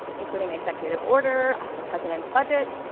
including executive order, the president's budget,